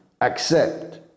accept